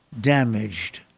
damaged